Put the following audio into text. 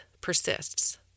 persists